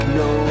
no